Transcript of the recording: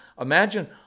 Imagine